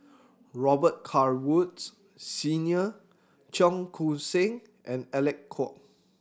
Robet Carr Woods Senior Cheong Koon Seng and Alec Kuok